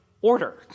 order